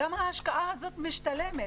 שההשקעה הזאת משתלמת.